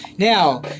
Now